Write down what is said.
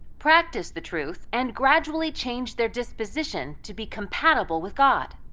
practice the truth, and gradually change their disposition to be compatible with god.